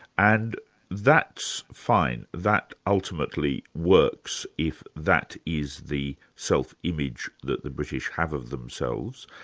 and that's fine, that ultimately works if that is the self-image that the british have of themselves.